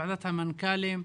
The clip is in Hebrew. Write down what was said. ועדת המנכ"לים,